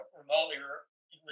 remotely